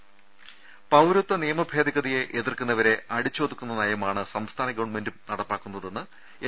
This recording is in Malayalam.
രുട്ട്ട്ട്ട്ട്ട്ട്ട പൌരത്വ നിയമ ഭേദഗതിയെ എതിർക്കുന്നവരെ അടിച്ചൊതുക്കുന്ന നയ മാണ് സംസ്ഥാന ഗവൺമെന്റും നടപ്പാക്കുന്നതെന്ന് എൻ